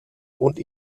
und